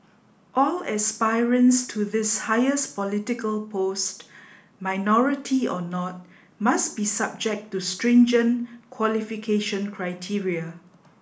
all aspirants to this highest political post minority or not must be subject to stringent qualification criteria